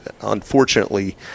unfortunately